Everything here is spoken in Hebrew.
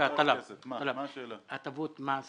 הטבות מס